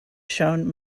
shown